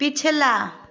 पिछला